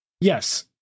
yes